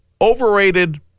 overrated